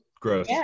Gross